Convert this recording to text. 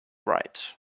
right